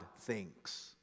thinks